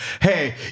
hey